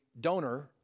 donor